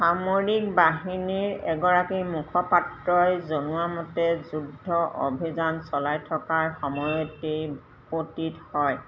সামৰিক বাহিনীৰ এগৰাকী মুখপাত্ৰই জনোৱা মতে যুদ্ধ অভিযান চলাই থকাৰ সময়তে ই ভূপতিত হয়